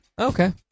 okay